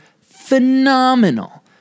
phenomenal